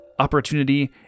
opportunity